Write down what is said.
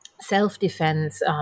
self-defense